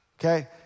okay